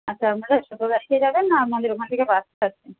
আচ্ছা আপনারা ছোটো গাড়িতে যাবেন না আপনাদের ওখান থেকে বাস চাইছেন